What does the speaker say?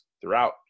throughout